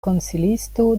konsilisto